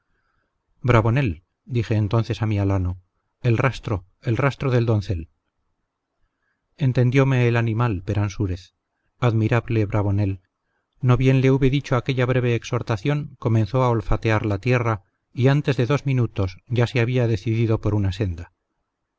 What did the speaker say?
interpelación bravonel dije entonces a mi alano el rastro el rastro del doncel entendióme el animal peransúrez admirable bravonel no bien le hube dicho aquella breve exhortación comenzó a olfatear la tierra y antes de dos minutos ya se había decidido por una senda